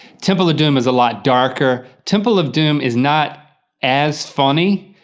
temple of doom is a lot darker. temple of doom is not as funny,